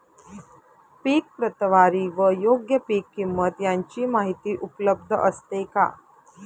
पीक प्रतवारी व योग्य पीक किंमत यांची माहिती उपलब्ध असते का?